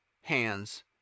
hands